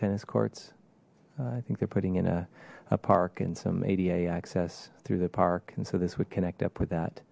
tennis courts i think they're putting in a park and some ad a access through the park and so this would connect up with that